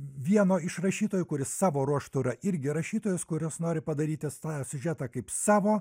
vieno iš rašytojų kuris savo ruožtu yra irgi rašytojas kuris nori padaryti tą siužetą kaip savo